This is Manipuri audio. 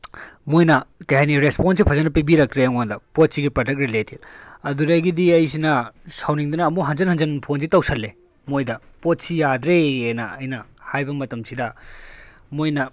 ꯃꯣꯏꯅ ꯀꯔꯤ ꯍꯥꯏꯅꯤ ꯔꯦꯁꯄꯣꯟꯁꯁꯦ ꯐꯖꯅ ꯄꯤꯕꯤꯔꯛꯇ꯭ꯔꯦ ꯑꯩꯉꯣꯟꯗ ꯄꯣꯠꯁꯤꯒꯤ ꯄ꯭ꯔꯗꯛ ꯔꯤꯂꯦꯇꯦꯠ ꯑꯗꯨꯗꯒꯤꯗꯤ ꯑꯩꯁꯤꯅ ꯁꯥꯎꯅꯤꯡꯗꯅ ꯑꯃꯨꯛ ꯍꯟꯖꯤꯟ ꯍꯟꯖꯤꯟ ꯐꯣꯟꯁꯦ ꯇꯧꯁꯤꯜꯂꯦ ꯃꯣꯏꯗ ꯄꯣꯠꯁꯤ ꯌꯥꯗ꯭ꯔꯦ ꯍꯥꯏꯅ ꯑꯩꯅ ꯍꯥꯏꯕ ꯃꯇꯝꯁꯤꯗ ꯃꯣꯏꯅ